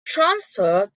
transfer